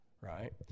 right